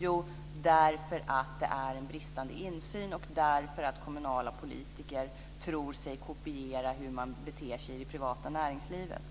Jo, det beror på bristande insyn och på att kommunala politiker tror sig kunna kopiera hur man beter sig i det privata näringslivet.